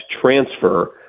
transfer